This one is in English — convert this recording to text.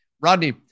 Rodney